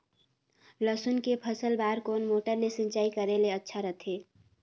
लसुन के फसल बार कोन मोटर ले सिंचाई करे ले अच्छा रथे?